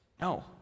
No